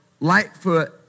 Lightfoot